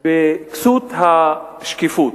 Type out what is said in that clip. בכסות השקיפות.